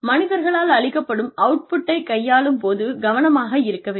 மனிதர்களால் அளிக்கப்படும் அவுட்புட்டை கையாளும் போது கவனமாக இருக்க வேண்டும்